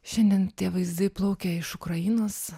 šiandien tie vaizdai plaukia iš ukrainos